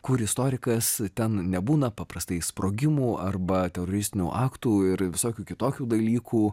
kur istorikas ten nebūna paprastai sprogimų arba teroristinių aktų ir visokių kitokių dalykų